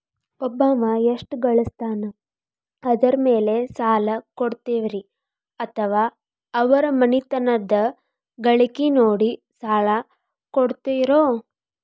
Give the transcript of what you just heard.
ಒಬ್ಬವ ಎಷ್ಟ ಗಳಿಸ್ತಾನ ಅದರ ಮೇಲೆ ಸಾಲ ಕೊಡ್ತೇರಿ ಅಥವಾ ಅವರ ಮನಿತನದ ಗಳಿಕಿ ನೋಡಿ ಸಾಲ ಕೊಡ್ತಿರೋ?